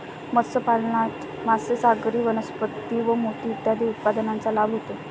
मत्स्यपालनात मासे, सागरी वनस्पती व मोती इत्यादी उत्पादनांचा लाभ होतो